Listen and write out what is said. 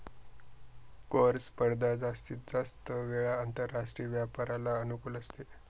कर स्पर्धा जास्तीत जास्त वेळा आंतरराष्ट्रीय व्यापाराला अनुकूल असते